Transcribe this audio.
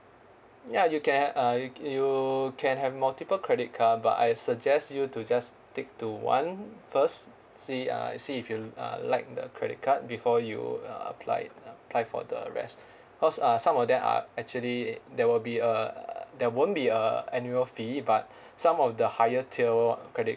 ya you can uh y~ you can have multiple credit card but I suggest you to just stick to one first see uh see if you uh like the credit card before you uh apply apply for the rest because uh some of them are actually there will be a there won't be a annual fee but some of the higher tier credit